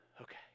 Okay